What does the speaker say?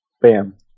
bam